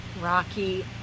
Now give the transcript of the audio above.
Rocky